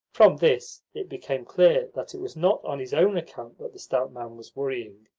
from this it became clear that it was not on his own account that the stout man was worrying.